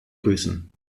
grüßen